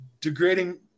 degrading